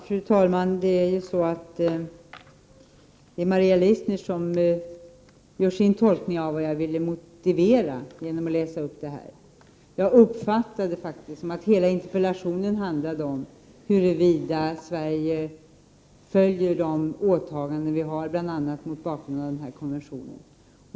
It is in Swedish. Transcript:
Fru talman! Maria Leissner gör sin tolkning av vad jag ville motivera genom att läsa upp detta. Jag uppfattade det som att hela interpellationen handlade om huruvida Sverige följer de åtaganden som vi har, bl.a. mot bakgrund av tortyrkonventionen.